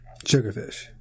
Sugarfish